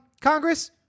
Congress